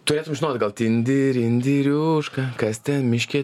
turėtum žinot gal tindi rindi riuška kas ten miške